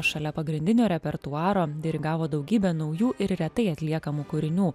šalia pagrindinio repertuaro dirigavo daugybę naujų ir retai atliekamų kūrinių